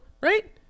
right